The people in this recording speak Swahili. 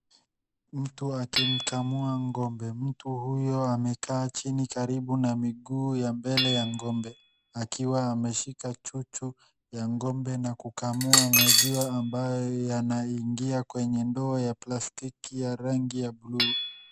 Mtu akimkamua ng'ombe, mtu huyo amekaa chini karibu na miguu ya mbele ya ng'ombe akiwa ameshika chuchu ya ng'ombe na kukamua maziwa ambayo yanaingia kwenye ndoo ya plastiki ya rangi ya buluu.